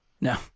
No